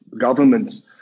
governments